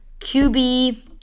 QB